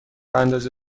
اندازه